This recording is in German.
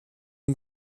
ein